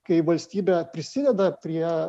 kai valstybė prisideda prie